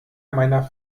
meiner